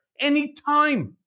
anytime